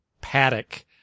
paddock